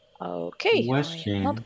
Okay